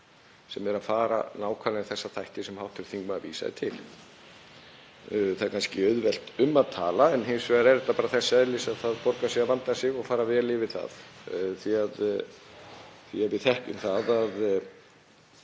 sem er að fara yfir nákvæmlega þessa þætti sem hv. þingmaður vísaði til. Það er kannski auðvelt um að tala en hins vegar er þetta bara þess eðlis að það borgar sig að vanda sig og fara vel yfir það. Við þekkjum það að